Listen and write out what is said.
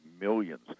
millions